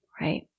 right